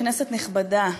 כנסת נכבדה,